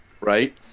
Right